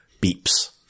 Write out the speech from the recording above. beeps